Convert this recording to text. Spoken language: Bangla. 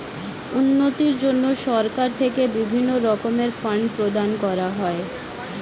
উন্নতির জন্য সরকার থেকে বিভিন্ন রকমের ফান্ড প্রদান করা হয়